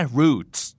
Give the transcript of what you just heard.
roots